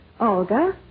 Olga